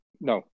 no